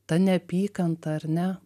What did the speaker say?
ta neapykanta ar ne